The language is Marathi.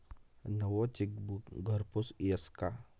नवं चेकबुक घरपोच यस का?